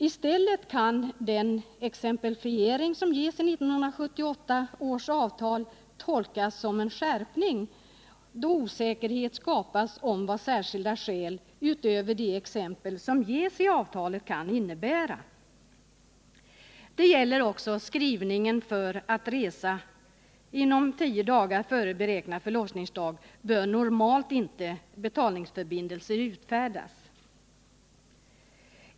I stället kan den exemplifiering som ges i 1978 års avtal tolkas som en skärpning, då osäkerhet skapas om vad ”särskilda skäl” utöver de exempel som ges i avtalet kan innebära. Det gäller också den skrivning som säger att för resa inom 10 dagar före beräknad förlossningsdag bör normalt inte betalningsförbindelse utfärdas.